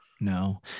No